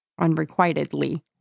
unrequitedly